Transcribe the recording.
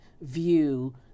view